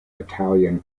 italian